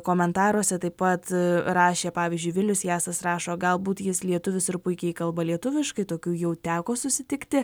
komentaruose taip pat rašė pavyzdžiui vilius jasas rašo galbūt jis lietuvis ir puikiai kalba lietuviškai tokių jau teko susitikti